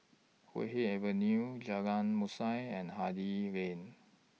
Puay Hee Avenue Jalan Mashhor and Hardy Lane